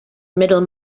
middle